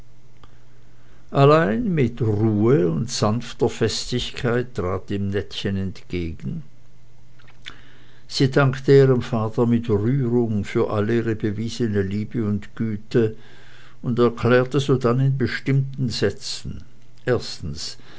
allein mit ruhe und sanfter festigkeit trat ihm nettchen entgegen sie dankte ihrem vater mit rührung für alle ihr bewiesene liebe und güte und erklärte sodann in bestimmten sätzen erstens